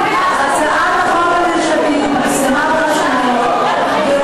הצעה שלא בכדי נדחתה שוב ושוב ושוב.